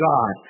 God